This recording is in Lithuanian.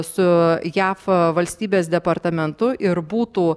su jav valstybės departamentu ir būtų